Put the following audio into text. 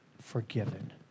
Forgiven